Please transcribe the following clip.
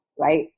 right